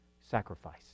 sacrifice